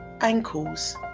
ankles